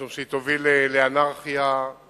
משום שהיא תוביל לאנרכיה מוחלטת.